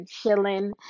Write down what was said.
chilling